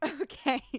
Okay